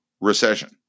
recession